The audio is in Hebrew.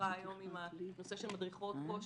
ממשיכה היום עם הנושא של מדריכות כושר.